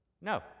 no